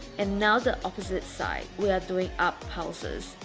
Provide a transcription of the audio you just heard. and now the opposite side. we are doing up pulses.